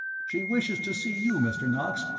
she wishes to see you, mr. knox,